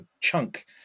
chunk